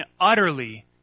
utterly